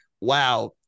wow